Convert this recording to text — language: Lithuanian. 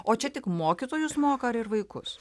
o čia tik mokytojus moko ar ir vaikus